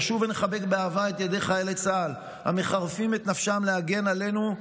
נשוב ונחבק באהבה את ידי חיילי צה"ל המחרפים את נפשם להגן עלינו,